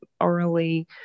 orally